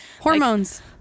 Hormones